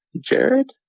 Jared